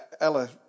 ella